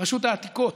רשות העתיקות,